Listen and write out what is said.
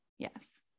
Yes